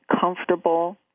comfortable